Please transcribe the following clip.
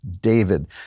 David